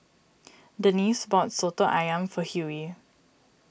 Denice bought Soto Ayam for Hughey